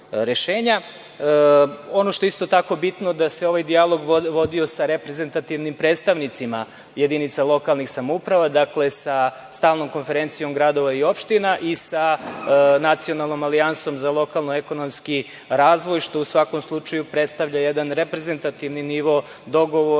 što je isto tako bitno je da se ovaj dijalog vodio sa reprezentativnim predstavnicima jedinica lokalnih samouprava, dakle sa stalnom konferencijom gradova i opština i sa nacionalnom alijansom za lokalno ekonomski razvoj, što u svakom slučaju predstavlja jedan reprezentativni nivo dogovora